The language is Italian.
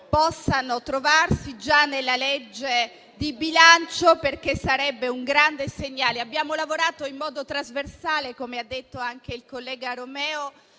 possano individuarsi già nella legge di bilancio, perché sarebbe un grande segnale. Abbiamo lavorato in modo trasversale, come ha detto anche il collega Romeo,